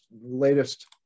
latest